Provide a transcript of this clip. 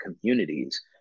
communities